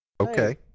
Okay